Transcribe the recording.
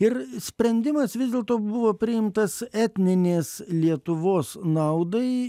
ir sprendimas vis dėlto buvo priimtas etninės lietuvos naudai